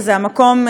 וזה המקום,